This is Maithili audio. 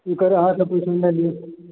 ओकर अहाँ सब टेंशन नहि लिअ